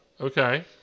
okay